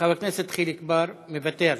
חבר הכנסת חיליק בר, מוותר.